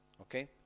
okay